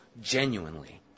genuinely